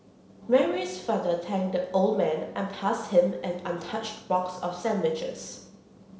Mary's father thanked the old man and passed him an untouched box of sandwiches